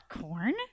corn